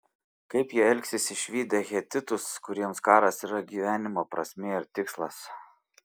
kaip jie elgsis išvydę hetitus kuriems karas yra gyvenimo prasmė ir tikslas